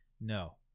No